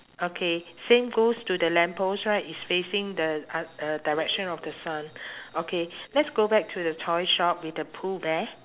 okay same goes to the lamppost right it's facing the ah uh direction of the sun okay let's go back to the toy shop with the pooh bear